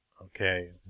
Okay